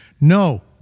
No